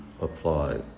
apply